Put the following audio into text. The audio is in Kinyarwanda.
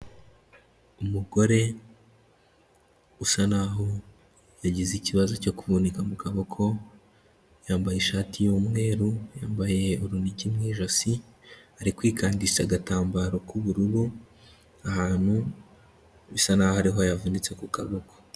Umugore usa naho yagize ikibazo cyo kuvunika mu kaboko, yambaye ishati y'umweru, yambaye urunigi mu ijosi, ari kwikandisha agatambaro k'ubururu, ahantu bisa naho ariho yavunitse ku kaboko.